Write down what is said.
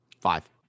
Five